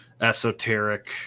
esoteric